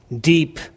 deep